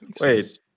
Wait